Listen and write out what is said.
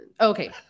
okay